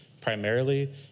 Primarily